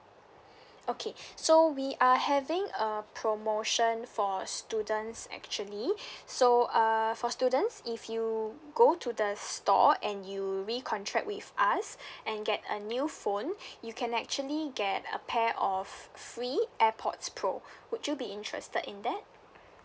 okay so we are having a promotion for students actually so uh for students if you go to the store and you recontract with us and get a new phone you can actually get a pair of free airpods pro would you be interested in that